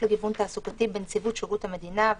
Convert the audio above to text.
לגיוון תעסוקתי בנציבות שירות המדינה,